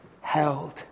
held